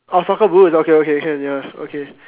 orh soccer boots okay okay can ya okay